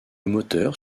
moteur